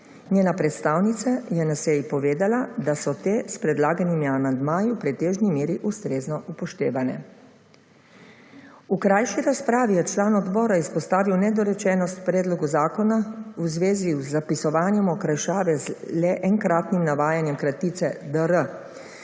Njena predstavnica je na seji povedala, da so te s predlaganimi amandmaji v pretežni meri ustrezno upoštevane. V krajši razpravi je član odbora izpostavil nedorečenost predlogu zakona v zvezi z zapisovanjem okrajšave z le enkratnim navajanjem dr.